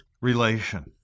relation